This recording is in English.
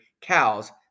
cows